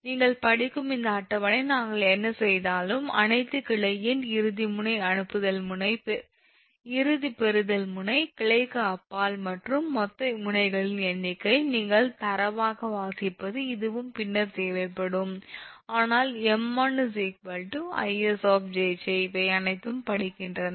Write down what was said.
நீங்கள் படிக்கும் இந்த அட்டவணையை நாங்கள் என்ன செய்தாலும் அனைத்து கிளை எண் இறுதி முனை அனுப்புதல் இறுதி முனை பெறுதல் கிளைக்கு அப்பால் மற்றும் மொத்த முனைகளின் எண்ணிக்கை நீங்கள் தரவாக வாசிப்பது இதுவும் பின்னர் தேவைப்படும் ஆனால் 𝑚1 𝐼𝑆 𝑗𝑗 இவை அனைத்தும் படிக்கின்றன